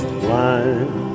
blind